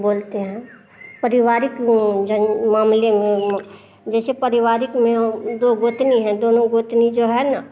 बोलते हैं पारिवारिक जन मामले में जैसे पारिवारिक में वो दो गोतनी हैं दोनों गोतनी जो है ना